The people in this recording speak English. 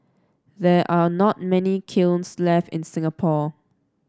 there are not many kilns left in Singapore